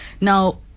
Now